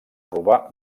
robar